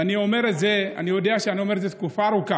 ואני יודע שאני אומר את זה תקופה ארוכה,